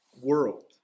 world